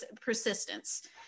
Persistence